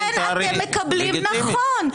נכון.